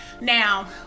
Now